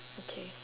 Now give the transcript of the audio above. okay